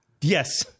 Yes